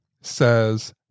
says